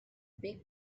big